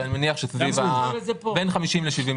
אבל אני לא חושב שקיימת פגיעה משמעותית.